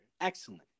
Excellent